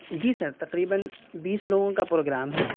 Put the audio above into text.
جی sir تقریباً بیس لوگوں کا پروگرام ہے